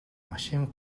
машин